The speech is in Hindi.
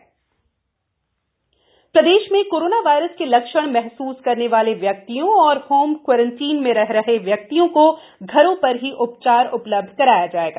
टेलीमेडिसिन केंद्र प्रदेश में कोरोना वायरस के लक्षण महसूस करने वाले व्यक्तियों और होम क्योरेंटाइन में रह रहे व्यक्तियों को घरों पर ही उपचार उपलब्ध कराया जाएगा